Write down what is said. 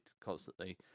constantly